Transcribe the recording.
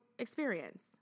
experience